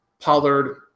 Pollard